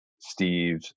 Steve